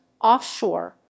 offshore